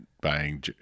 buying